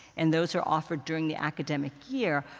and those are offered during the academic year.